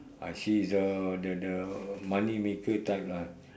ah she is the the the money maker type lah